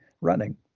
running